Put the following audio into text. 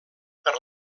per